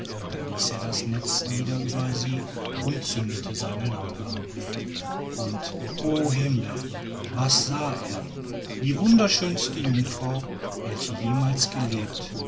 da ließ er das netz nieder über sie und zündete seine lampe an und o himmel was sah er die wunderschönste jungfrau welche jemals gelebt